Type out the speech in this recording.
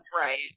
right